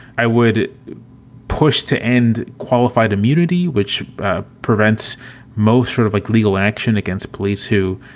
i would push to end qualified immunity, which ah prevents most sort of like legal action against police who